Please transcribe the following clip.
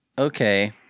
Okay